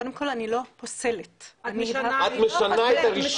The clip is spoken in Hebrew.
קודם כל אני לא פוסלת, אני --- את משנה חיים.